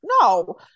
No